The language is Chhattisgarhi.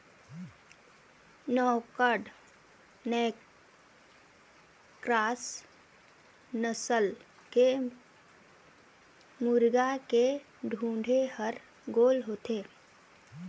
नैक्ड नैक क्रास नसल के मुरगा के ढेंटू हर गोल होथे